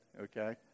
okay